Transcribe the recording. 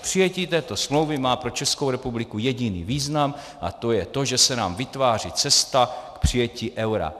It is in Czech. Přijetí této smlouvy má pro Českou republiku jediný význam, a to je to, že se nám vytváří cesta k přijetí eura.